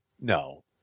No